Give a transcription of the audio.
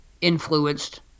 influenced